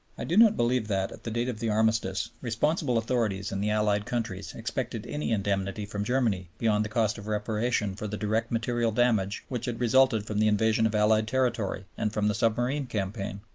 i do not believe that, at the date of the armistice, responsible authorities in and the allied countries expected any indemnity from germany beyond the cost of reparation for the direct material damage which had resulted from the invasion of allied territory and from the submarine campaign.